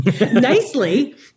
nicely